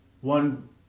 One